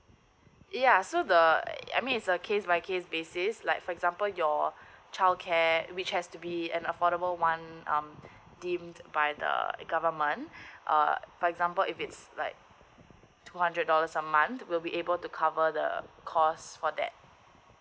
ya so the I mean is a case by case basis is like for example your childcare which has to be an affordable one um deem by the government uh for example if it's like two hundred dollars a month we will be able to cover the cost for that